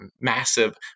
massive